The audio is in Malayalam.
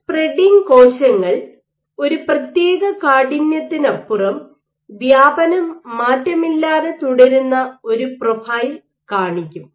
സ്പ്രെഡിംഗ് കോശങ്ങൾ ഒരു പ്രത്യേക കാഠിന്യത്തിനപ്പുറം വ്യാപനം മാറ്റമില്ലാതെ തുടരുന്ന ഒരു പ്രൊഫൈൽ കാണിക്കും